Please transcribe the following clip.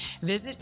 Visit